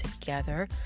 together